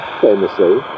famously